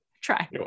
Try